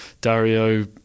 Dario